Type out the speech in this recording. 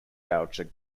boucher